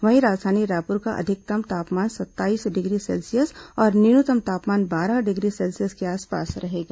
वहीं राजधानी रायपुर का अधिकतम तापमान सत्ताईस डिग्री सेल्सियस और न्यूनतम तापमान बारह डिग्री सेल्सियस के आसपास रहेगी